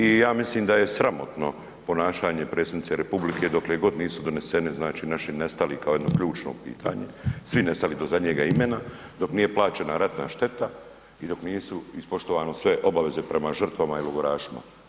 I ja mislim da je sramotno ponašanje predsjednice Republike dokle god nisu doneseni, znači naši nestali kao jedno ključno pitanje, svi nestali do zadnjega imena, dok nije plaćena ratna šteta i dok nisu ispoštovane sve obaveze prema žrtvama i logorašima.